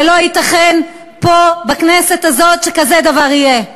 זה לא ייתכן פה בכנסת הזאת שכזה דבר יהיה.